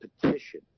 petition